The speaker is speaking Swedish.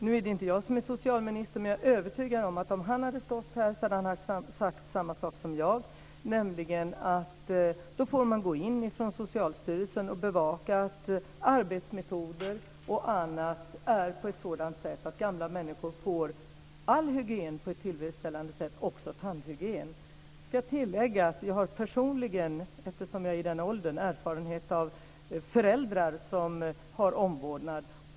Nu är det inte jag som är socialminister, men jag är övertygad att om socialministern hade stått här så hade han sagt samma sak som jag, nämligen att man då får gå in från Socialstyrelsen och bevaka att arbetsmetoder och annat är på ett sådant sätt att gamla människor får hjälp med all sin hygien på ett tillfredsställande sätt, också sin tandhygien. Jag ska tillägga att jag personligen, eftersom jag är i den åldern, har erfarenhet av föräldrar som har omvårdnad.